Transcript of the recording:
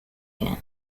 again